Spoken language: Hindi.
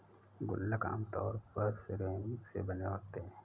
गुल्लक आमतौर पर सिरेमिक से बने होते हैं